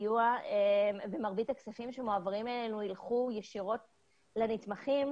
הסיוע ומרבית הכספים שמועברים אלינו ילכו ישירות לנתמכים.